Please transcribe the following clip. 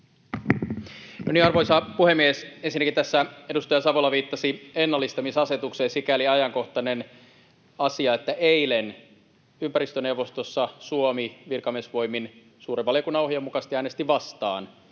Arvoisa puhemies! Ensinnäkin tässä edustaja Savola viittasi ennallistamisasetukseen: Sikäli ajankohtainen asia, että eilen ympäristöneuvostossa Suomi virkamiesvoimin, suuren valiokunnan ohjeen mukaisesti äänesti vastaan.